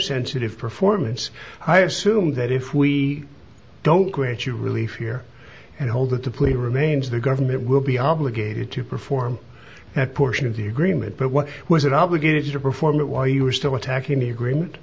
sensitive performance i assume that if we don't quit you really fear and hold that the police remains the government will be obligated to perform at portion of the agreement but what was an obligation to perform it while you were still attacking the agreement